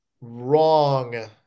wrong